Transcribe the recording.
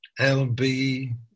LB